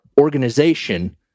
organization